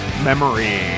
Memory